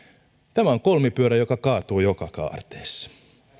tämä on kolmipyörä joka kaatuu joka kaarteessa